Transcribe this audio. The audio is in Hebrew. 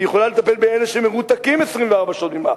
שהיא יכולה לטפל באלה שמרותקים 24 שעות ביממה.